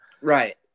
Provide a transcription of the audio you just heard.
Right